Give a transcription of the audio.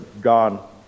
gone